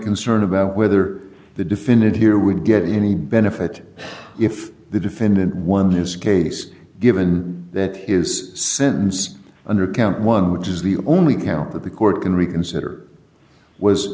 concern about whether the definitive here would get any benefit if the defendant won his case given that his sentence under count one which is the only count that the court can reconsider was